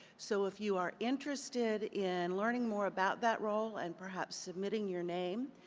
so if you are interested in learning more about that role and perhaps submitting your name,